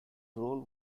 role